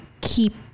keep